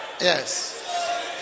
yes